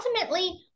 ultimately